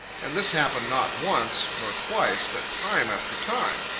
and this happened not once, nor twice, but time after time.